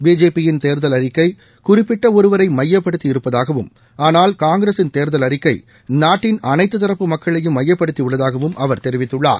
BJP யின் தேர்தல் அறிக்கை குறிப்பிட்ட ஒருவரை மையப்படுத்தி இருப்பதாகவும் ஆனால் காங்கிரசின் தேர்தல் அறிக்கை நாட்டின் அனைத்து தரப்பு மக்களையும் மையப்படுத்தி உள்ளதாகவும் அவர் தெரிவித்துள்ளார்